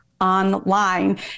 online